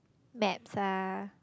maps ah